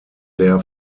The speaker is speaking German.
der